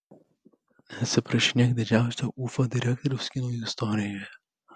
neatsiprašinėk didžiausio ufa direktoriaus kino istorijoje